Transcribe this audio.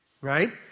Right